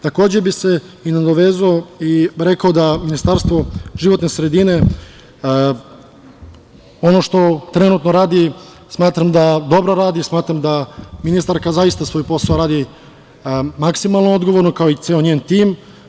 Takođe, bih se nadovezao i rekao da Ministarstvo životne sredine, ono što trenutno radi smatram da dobro radi, smatram da ministarka zaista svoj posao radi maksimalno odgovorno, kao i ceo njen tim.